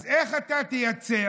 אז איך אתה תייצר?